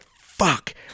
fuck